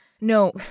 No